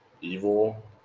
Evil